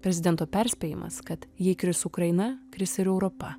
prezidento perspėjimas kad jei kris ukraina kris ir europa